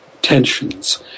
tensions